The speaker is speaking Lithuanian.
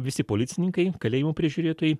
visi policininkai kalėjimų prižiūrėtojai